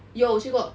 有我去过